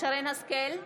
שרן מרים השכל,